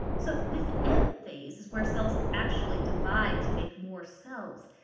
so this m phase is where cells actually divide to make more cells.